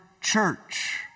church